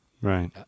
right